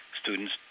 students